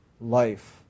life